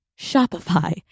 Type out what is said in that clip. Shopify